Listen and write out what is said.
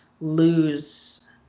lose